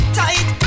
tight